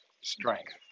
Strength